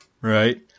right